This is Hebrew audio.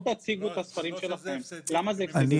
בואו ותציגו את הספרים שלכם למה זה הפסדי,